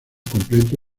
completo